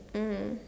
mm